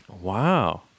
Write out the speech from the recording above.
Wow